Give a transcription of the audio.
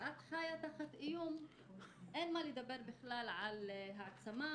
כשאת חיה תחת איום אין מה לדבר בכלל על העצמה,